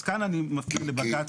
אז כאן אני מפנה לבג"ץ.